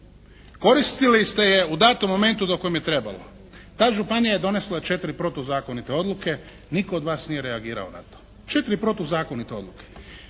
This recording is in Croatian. Koristili ste je u datom momentu dok vam je trebalo. Ta županija je donesla četiri protu zakonite odluke. Nitko od vas nije reagirao na to, četiri protu zakonite odluke.